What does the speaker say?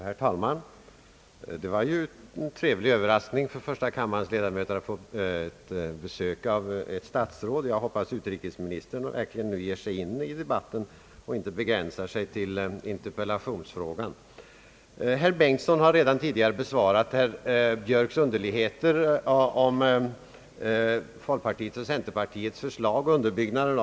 Herr talman! Det var ju en trevlig överraskning för första kammarens ledamöter att få ett besök av ett statsråd. Jag hoppas att utrikesministern verkligen ger sig in i debatten och inte begränsar sig till interpellationsfrågan. Herr Bengtson har redan bemött herr Björks underliga uttalanden om underbyggnaden av folkpartiets och centerpartiets förslag.